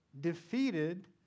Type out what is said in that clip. defeated